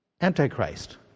Antichrist